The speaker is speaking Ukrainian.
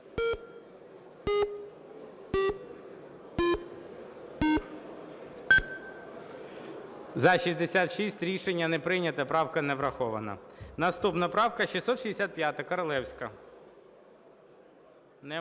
За-66 Рішення не прийнято. Правка не врахована. Наступна правка 665, Королевська. Немає.